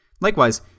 Likewise